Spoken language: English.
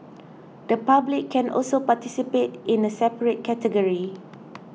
the public can also participate in a separate category